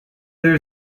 there